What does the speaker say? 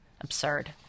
Absurd